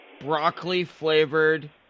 Broccoli-flavored